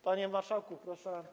Panie marszałku, proszę.